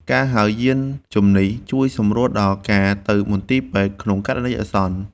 កម្មវិធីហៅយានជំនិះ ជួយសម្រួលដល់ការទៅមន្ទីរពេទ្យក្នុងករណីអាសន្ន។